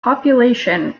population